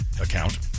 account